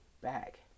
back